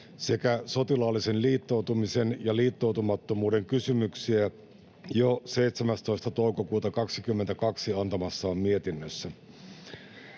sekä sotilaallisen liittoutumisen ja liittoutumattomuuden kysymyksiä jo 17. toukokuuta 22 antamassaan mietinnössä.